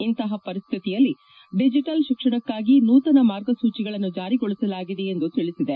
ಇಂತಹ ಪರಿಸ್ಥಿತಿಯಲ್ಲಿ ಡಿಜಿಟಲ್ ಶಿಕ್ಷಣಕಾಗಿ ನೂತನ ಮಾರ್ಗಸೂಚಿಗಳನ್ನು ಜಾರಿಗೊಳಿಸಲಾಗಿದೆ ಎಂದು ತಿಳಿಸಿದೆ